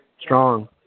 strong